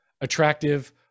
attractive